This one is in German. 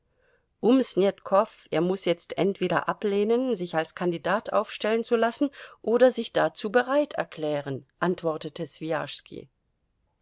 um snetkow er muß jetzt entweder ablehnen sich als kandidat aufstellen zu lassen oder sich dazu bereit erklären antwortete